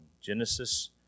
Genesis